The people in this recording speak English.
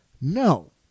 No